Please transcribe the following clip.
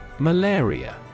malaria